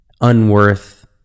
unworth